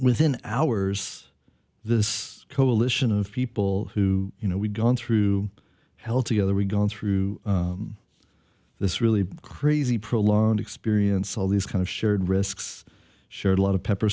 within hours this coalition of people who you know we've gone through hell together we gone through this really crazy prolonged experience all these kind of shared risks shared a lot of pepper